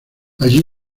allí